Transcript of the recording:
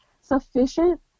sufficient